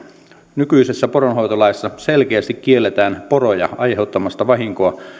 nykyisessä poronhoitolaissa selkeästi kielletään poroja aiheuttamasta vahinkoa